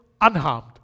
unharmed